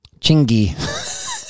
Chingy